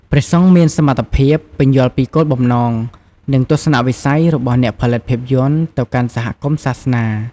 ព្រះសង្ឃមានសមត្ថភាព ពន្យល់ពីគោលបំណង និងទស្សនៈវិស័យរបស់អ្នកផលិតភាពយន្ត ទៅកាន់សហគមន៍សាសនា។